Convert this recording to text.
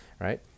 right